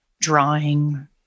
drawing